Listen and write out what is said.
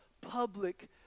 public